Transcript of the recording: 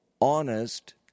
honest